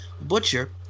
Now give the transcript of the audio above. Butcher